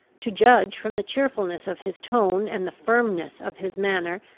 to judge from the cheerfulness of his tone and the firmness of his manner,